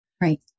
Right